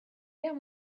guerre